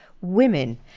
women